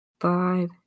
five